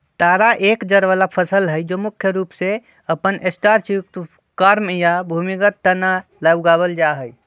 तारा एक जड़ वाला फसल हई जो मुख्य रूप से अपन स्टार्चयुक्त कॉर्म या भूमिगत तना ला उगावल जाहई